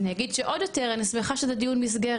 אני אגיד שעוד יותר אני שמחה שזה דיון מסגרת.